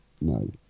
no